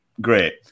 Great